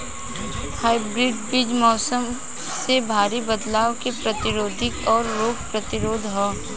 hybrid बीज मौसम में भारी बदलाव के प्रतिरोधी और रोग प्रतिरोधी ह